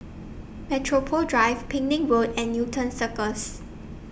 Metropole Drive Penang Road and Newton Cirus